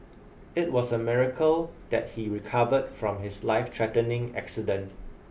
it was a miracle that he recovered from his lifethreatening accident